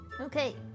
okay